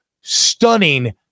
stunning